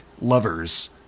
lovers